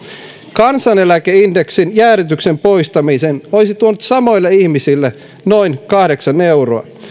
kansaneläkeindeksin jäädytyksen poistaminen olisi tuonut samoille ihmisille noin kahdeksan euroa